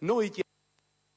microfono si